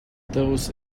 those